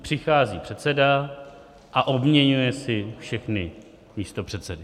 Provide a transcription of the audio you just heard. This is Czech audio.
Přichází předseda a obměňuje si všechny místopředsedy.